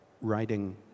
writing